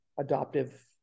adoptive